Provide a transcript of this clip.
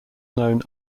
known